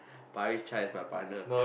Paris-Chai is my partner